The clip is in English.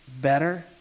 better